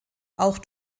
auch